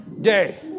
day